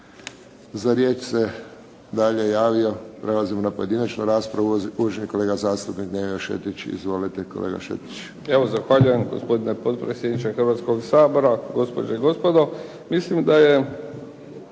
Za riječ se dalje javio, prelazimo na pojedinačnu raspravu, uvaženi kolega zastupnik Nevio Šetić. Izvolite kolega Šetić.